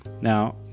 Now